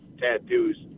tattoos